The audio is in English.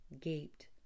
gaped